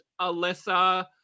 Alyssa